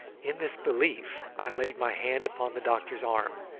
in this belief i laid my hand upon the doctor's arm,